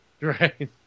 Right